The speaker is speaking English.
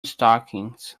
stockings